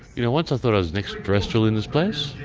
you know once i thought i was an extraterrestrial in this place,